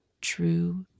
true